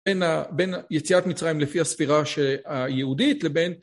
בין יציאת מצרים לפי הספירה היהודית לבין